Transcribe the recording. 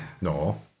No